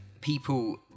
people